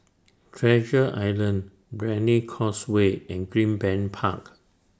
Treasure Island Brani Causeway and Greenbank Park